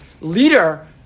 leader